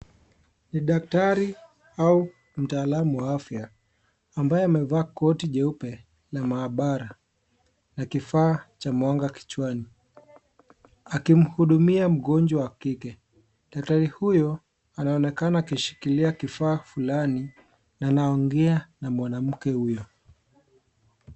Ni daktari au mtaalamu wa afya ambaye amevaa koti jeupe la maabara na kifaa cha mwanga kichwani. Akimhudumia mgonjwa wa kike. Daktari huyo anaonekana akishikilia kifaa fulani na anaongea na mwanamke huyo .